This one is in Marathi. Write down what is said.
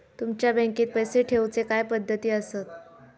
तुमच्या बँकेत पैसे ठेऊचे काय पद्धती आसत?